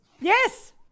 yes